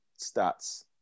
Stats